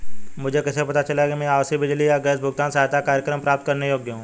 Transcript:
मुझे कैसे पता चलेगा कि मैं आवासीय बिजली या गैस भुगतान सहायता कार्यक्रम प्राप्त करने के योग्य हूँ?